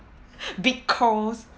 big curls